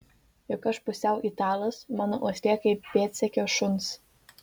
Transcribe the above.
juk aš pusiau italas mano uoslė kaip pėdsekio šuns